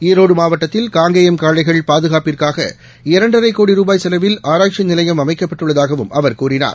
ஈரோடுமாவட்டத்தில் காங்கேயம் காளைகள் பாதகாப்பிற்காக இரண்டரைகோடி ருபாய் செலவில் ஆராய்ச்சிநிலையம் அமைக்கப்பட்டுள்ளதாகவும் அவர் கூறினார்